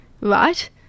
right